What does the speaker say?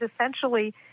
essentially